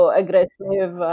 aggressive